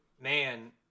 man